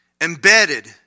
Embedded